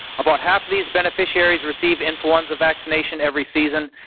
about half of these beneficiaries receive influenza vaccination every season.